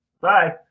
bye